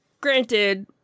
granted